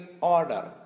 order